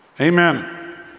Amen